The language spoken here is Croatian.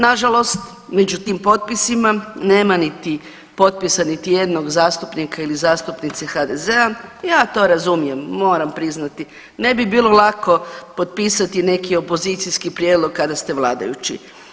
Nažalost među tim potpisima nema niti, potpisa niti jednog zastupnika ili zastupnice HDZ-a, ja to razumijem moram priznati ne bi bilo lako potpisati neki opozicijski prijedlog kada ste vladajući.